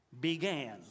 Began